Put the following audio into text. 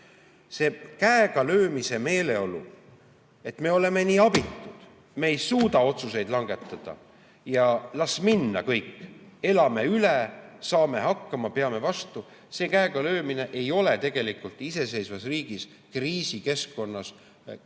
See käegalöömise meeleolu, et me oleme nii abitud, me ei suuda otsuseid langetada ja las minna kõik, elame üle, saame hakkama, peame vastu, see ei ole tegelikult iseseisvas riigis kriisikeskkonnas tõsiselt